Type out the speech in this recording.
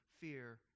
fear